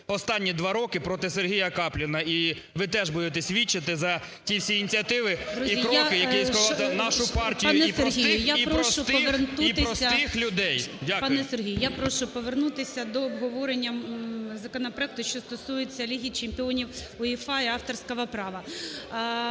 останні два роки проти Сергія Капліна. І ви теж будете свідчити за ті всі ініціативи і кроки, які… нашу партію і простих людей... ГОЛОВУЮЧИЙ. Пане Сергію, я прошу повернутися до обговорення законопроекту, що стосується Ліги Чемпіонів УЄФА і авторського права.